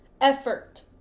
effort